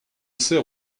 sert